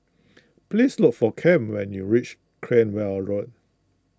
please look for Cam when you reach Cranwell Road